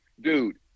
dude